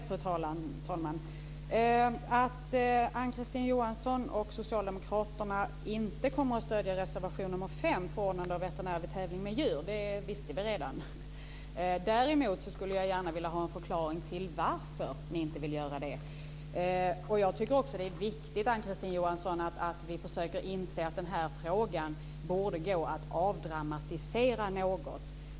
Fru talman! Att Ann-Kristine Johansson och socialdemokraterna inte kommer att stödja reservation 5, Förordnande av veterinär vid tävling med djur, visste vi redan. Däremot skulle jag gärna vilja ha en förklaring till varför ni inte vill göra det. Det är också viktigt, Ann Kristine Johansson, att vi försöker inse att den här frågan borde gå att avdramatisera något.